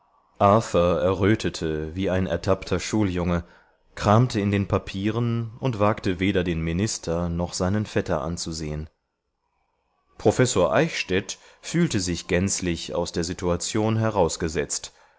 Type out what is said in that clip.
errötete wie ein ertappter schuljunge kramte in den papieren und wagte weder den minister noch seinen vetter anzusehen professor eichstädt fühlte sich gänzlich aus der situation herausgesetzt